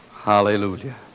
Hallelujah